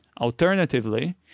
Alternatively